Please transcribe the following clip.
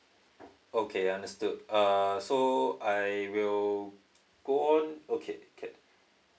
okay understood uh so I will go on okay can